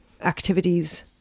activities